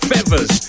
Feathers